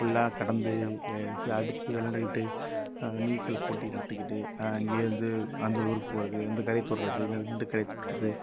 ஃபுல்லாக கடந்து ச அடித்து விளாண்டுக்கிட்டு நீச்சல் போட்டி நடத்திக்கிட்டு இங்கிருந்து அந்த ஊருக்குப் போகிறது அந்தக் கரையை தொடுறது இந்த இந்தக் கரையை தொடுறது